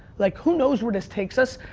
like who knows where this takes us,